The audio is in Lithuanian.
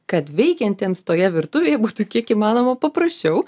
kad veikiantiems toje virtuvėje būtų kiek įmanoma paprasčiau